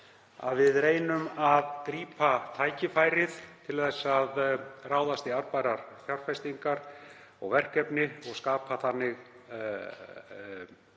við reynum að grípa tækifærið til að ráðast í arðbærar fjárfestingar og verkefni og skapa þannig